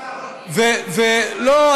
לא,